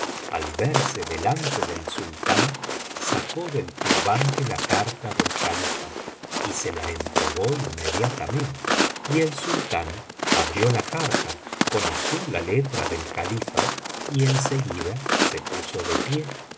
al verse delante del sultán sacó del turbante la carta del califa y se la entregó inmediatamente y el sultán abrió la carta conoció la letra del califa y en seguida se puso de pie